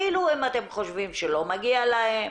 אפילו אם אתם חושבים שלא מגיע להם,